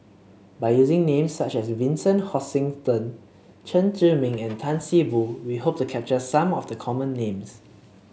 by using names such as Vincent Hoisington Chen Zhiming and Tan See Boo we hope to capture some of the common names